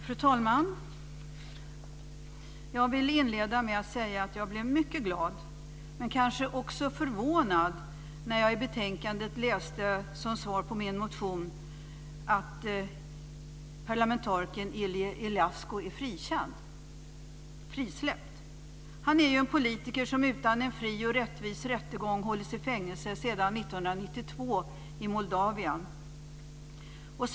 Fru talman! Jag vill inleda med att säga att jag blev mycket glad, men kanske också förvånad, när jag i betänkandet, som svar på min motion, läste att parlamentarikern Ilie Ilascu är frisläppt. Han är en politiker som hållits i fängelse sedan 1992 i Moldavien utan en fri och rättvis rättegång.